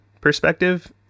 perspective